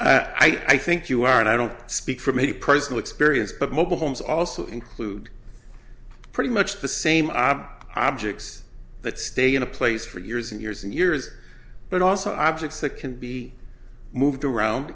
i think you are and i don't speak from a personal experience but mobile homes also include pretty much the same objects that stay in a place for years and years and years but also objects that can be moved around